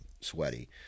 sweaty